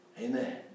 amen